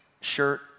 shirt